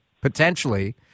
potentially